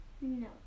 No